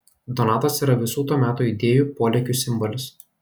donatas yra visų to meto idėjų polėkių simbolis